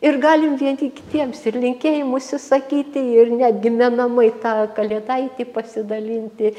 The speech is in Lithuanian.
ir galim vieni kitiems ir linkėjimus išsakyti ir netgi menamai tą kalėdaitį pasidalinti